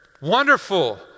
Wonderful